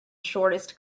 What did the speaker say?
shortest